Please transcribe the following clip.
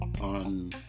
On